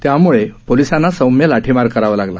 त्यामुळे पोलिसांना सौम्य लाठीमार करावा लागला